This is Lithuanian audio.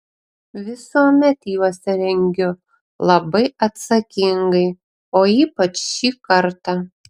visuomet juos rengiu labai atsakingai o ypač šį kartą